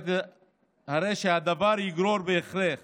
הרי שהדבר יגרור בהכרח